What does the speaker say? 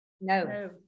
No